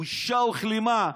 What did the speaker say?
בושה וכלימה.